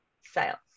sales